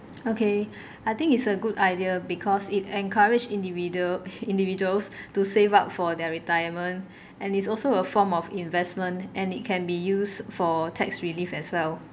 okay I think it's a good idea because it encouraged individual individuals to save up for their retirement and it's also a form of investment and it can be used for tax relief as well